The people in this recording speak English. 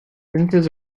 sentences